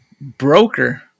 Broker